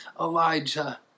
Elijah